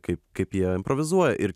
kaip kaip jie improvizuoja ir